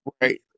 right